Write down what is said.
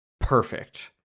perfect